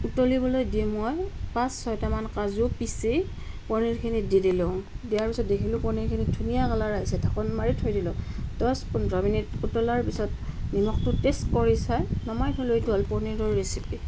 উতলিবলৈ দি মই পাঁচ ছয়টামান কাজু পিছি পনিৰখিনিত দি দিলোঁ দিয়াৰ পিছত দেখিলোঁ পনিৰখিনিত ধুনীয়া কালাৰ আহিছে ঢাকোন মাৰি থৈ দিলোঁ দহ পোন্ধৰ মিনিট উতলাৰ পিছত নিমখটো টেষ্ট কৰি চাই নমাই থ'লোঁ এইটো হ'ল পনিৰৰ ৰেচিপি